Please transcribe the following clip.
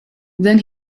then